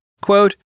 Quote